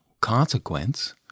consequence